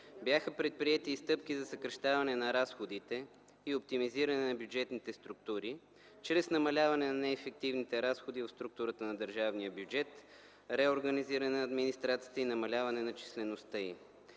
Бяха предприети и стъпки за съкращаване на разходите и оптимизиране на бюджетните структури чрез намаляване на неефективните разходи от структурата на държавния бюджет, реорганизиране на администрацията и намаляване на числеността й.